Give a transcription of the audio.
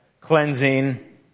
cleansing